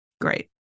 great